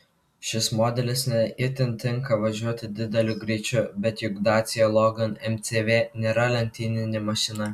šis modelis ne itin tinka važiuoti dideliu greičiu bet juk dacia logan mcv nėra lenktyninė mašina